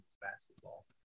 basketball